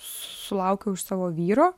sulaukiau iš savo vyro